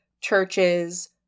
churches